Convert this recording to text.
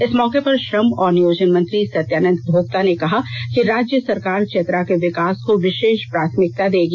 इस मौके पर श्रम और नियोजन मंत्री सत्यानंद भोक्ता ने कहा कि राज्य सरकार चतरा के विकास को विषेष प्राथमिकता दगी